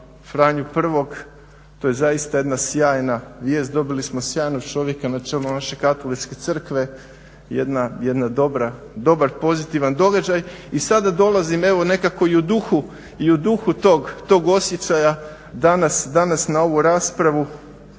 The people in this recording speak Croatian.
Franju I., to je zaista jedna sjajna vijest, dobili smo sjajnog čovjeka na čelu naše katoličke crkve, jedan dobar, pozitivan događaj. I sada dolazim evo nekako i u duhu tog osjećaja danas na ovu raspravu,